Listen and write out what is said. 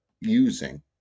using